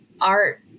art